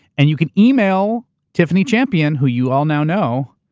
and you can email tiffany champion, who you all now know.